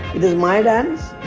it is my dance,